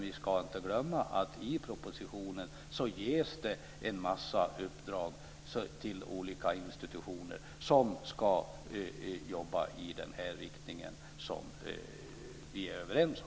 Vi ska inte glömma att det i propositionen ges uppdrag till olika institutioner som ska jobba i den riktning som vi är överens om.